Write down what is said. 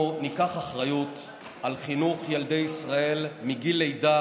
אנחנו ניקח אחריות על חינוך ילדי ישראל מגיל לידה,